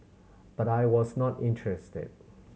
but I was not interested